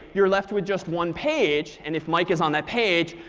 you're left with just one page. and if mike is on that page,